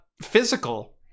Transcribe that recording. physical